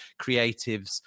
creatives